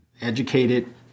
educated